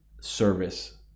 service